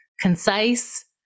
concise